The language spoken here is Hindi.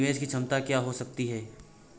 निवेश की क्षमता क्या हो सकती है?